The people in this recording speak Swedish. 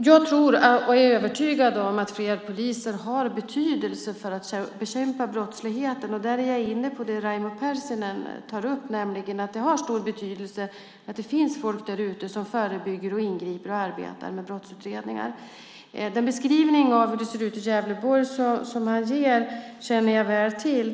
Jag är övertygad om att fler poliser har betydelse för att bekämpa brottsligheten. Där är jag inne på det Raimo Pärssinen tar upp, nämligen att det har stor betydelse att det finns folk därute som förebygger samt ingriper och arbetar med brottsutredningar. Den beskrivning av Gävleborg som man ger känner jag väl till.